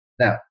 Now